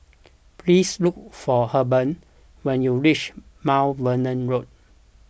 please look for Hebert when you reach Mount Vernon Road